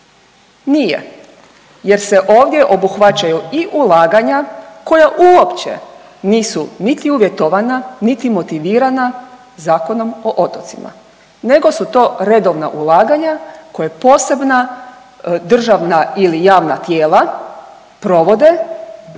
nije jer se ovdje obuhvaćaju i ulaganja koja uopće nisu niti uvjetovana niti motivirana Zakonom o otocima nego su to redovna ulaganja koje posebna državna ili javna tijela provode